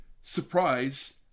Surprise